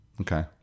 Okay